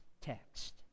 text